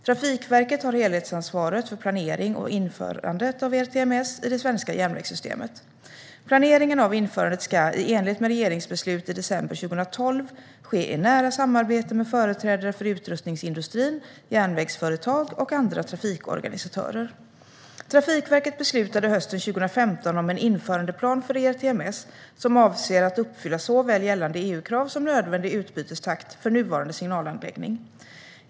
Trafikverket har helhetsansvaret för planering och införandet av ERTMS i det svenska järnvägssystemet. Planeringen av införandet ska, i enlighet med regeringsbeslut i december 2012, ske i nära samarbete med företrädare för utrustningsindustrin, järnvägsföretag och andra trafikorganisatörer. Trafikverket beslutade hösten 2015 om en införandeplan för ERTMS som avser att uppfylla såväl gällande EU-krav som nödvändig utbytestakt för nuvarande signalanläggning.